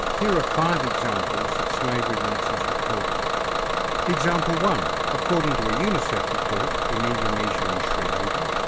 here are five examples that slavery links has reported example one according to a unicef report, in indonesia and sri lanka,